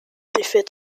défaites